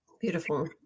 Beautiful